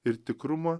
ir tikrumą